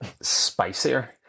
spicier